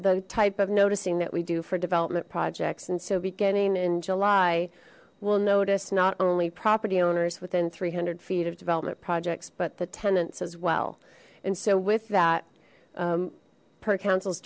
the type of noticing that we do for development projects and so beginning in july we'll notice not only property owners within three hundred feet of development projects but the tenants as well and so with that per council